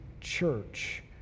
church